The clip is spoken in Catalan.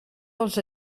dels